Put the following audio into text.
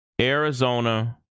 Arizona